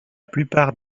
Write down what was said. plupart